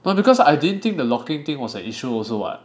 no because I didn't think the lock-ing thing was an issue also [what]